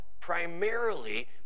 primarily